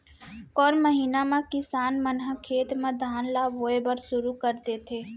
कोन महीना मा किसान मन ह खेत म धान ला बोये बर शुरू कर देथे?